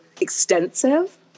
extensive